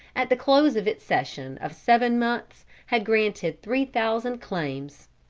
at the close of its session of seven months had granted three thousand claims.